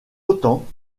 autant